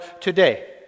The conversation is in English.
today